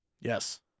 Yes